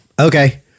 okay